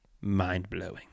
mind-blowing